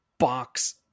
box